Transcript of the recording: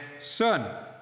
son